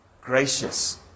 gracious